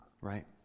right